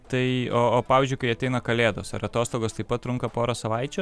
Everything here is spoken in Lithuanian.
tai o o pavyzdžiui kai ateina kalėdos ar atostogos taip pat trunka porą savaičių